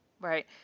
Right